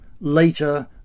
later